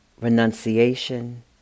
renunciation